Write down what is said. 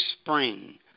spring